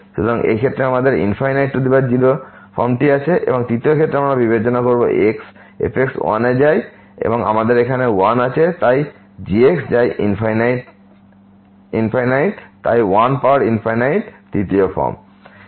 সুতরাং এই ক্ষেত্রে আমাদের 0 ফর্ম টি আছে এবং 3 য় ক্ষেত্রে আমরা f 1 তে যাই আমাদের এখানে 1 আছে এবং এই g যায় তাই 1 পাওয়ার ইনফিনিটি 3 য় ফর্ম